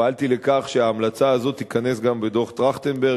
פעלתי לכך שההמלצה הזאת תיכנס גם בדוח-טרכטנברג,